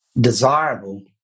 desirable